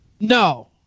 No